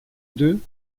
deux